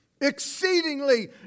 Exceedingly